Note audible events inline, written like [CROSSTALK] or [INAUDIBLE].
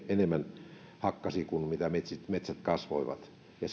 enemmän kuin mitä metsät kasvoivat ja [UNINTELLIGIBLE]